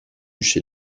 chez